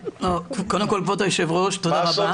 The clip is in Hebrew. קודם כל כבוד היו"ר, תודה רבה.